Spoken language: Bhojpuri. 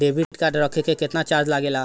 डेबिट कार्ड रखे के केतना चार्ज लगेला?